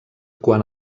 quan